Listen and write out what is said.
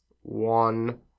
one